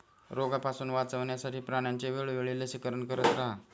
रोगापासून वाचवण्यासाठी प्राण्यांचे वेळोवेळी लसीकरण करत रहा